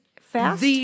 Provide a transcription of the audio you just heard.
fast